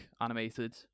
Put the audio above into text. animated